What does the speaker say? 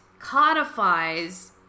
codifies